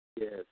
Yes